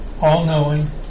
all-knowing